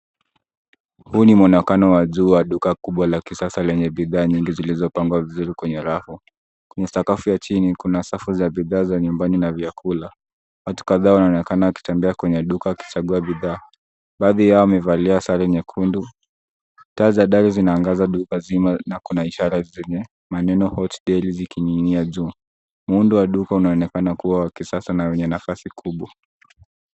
Huu ni muonekano wa juu wa duka kubwa la kisasa lenye bidhaa nyingi zilizopangwa vizuri kwenye rafu. Kwenye sakafu ya chini kuna safu za bidhaa za nyumbani na vyakula. Watu kadhaa wanaonekana wakitembea kwenye duka wakichagua bidhaa, baadhi yao wamevalia sare nyekundu. Taa za dari zinaaangaza duka zima, na kuna ishara zenye maneno Hot Deli zikining'inia juu. Muundo wa duka unaonekana wa kisasa na wenye nafasi kubwa.